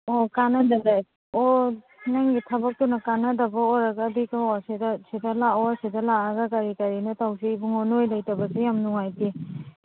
ꯑꯣ ꯀꯥꯟꯅꯗꯔꯦ ꯑꯣ ꯅꯪꯒꯤ ꯊꯕꯛꯇꯨꯅ ꯀꯥꯟꯅꯗꯕ ꯑꯣꯏꯔꯒꯗꯤꯀꯣ ꯁꯤꯗ ꯁꯤꯗ ꯂꯥꯛꯑꯣ ꯁꯤꯗ ꯂꯥꯛꯑꯒ ꯀꯔꯤ ꯀꯔꯤꯅꯣ ꯇꯧꯁꯤ ꯏꯕꯨꯡꯉꯣ ꯅꯣꯏ ꯂꯩꯇꯕꯁꯤ ꯌꯥꯝ ꯅꯨꯡꯉꯥꯏꯇꯦ